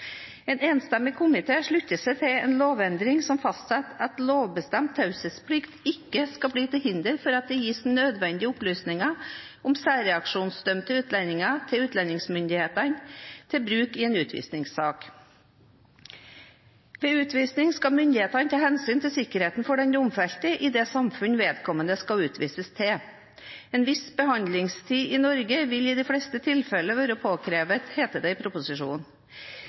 En enstemmig komité slutter seg til en lovendring som fastsetter at lovbestemt taushetsplikt ikke blir til hinder for at det gis nødvendige opplysninger om særreaksjonsdømte utlendinger til utlendingsmyndighetene til bruk i en utvisningssak. Ved utvisning skal myndighetene ta hensyn til sikkerheten for den domfelte i det samfunnet vedkommende skal utvises til. En viss behandlingstid i Norge vil i de fleste tilfeller være påkrevet, heter det i proposisjonen,